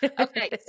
okay